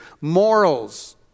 morals